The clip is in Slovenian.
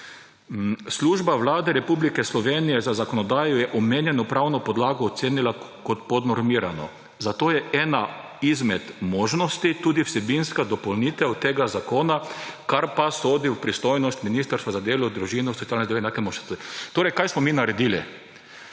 Služba Vlade Republike Slovenije za zakonodajo je omenjeno pravno podlago ocenila kot podnormirano, zato je ena izmed možnosti tudi vsebinska dopolnitev tega zakona, kar pa sodi v pristojnost Ministrstva za delo, družino, socialne zadeve in enake možnosti.« Kaj smo torej mi naredili?